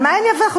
על מה הם יוותרו?